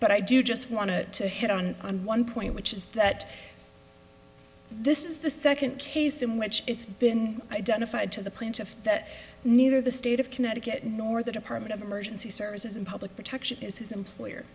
but i do just want to to hit on on one point which is that this is the second case in which it's been identified to the plaintiff that neither the state of connecticut nor the department of emergency services and public protection is his employer